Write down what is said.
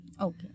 Okay